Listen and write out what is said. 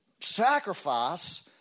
sacrifice